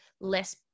less